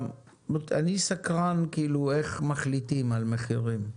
אני סקרן איך מחליטים על מחירים.